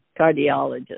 cardiologist